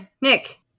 Nick